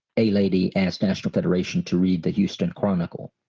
a lady ask national federation to read the houston chronicle